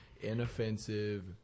inoffensive